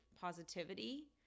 positivity